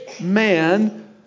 man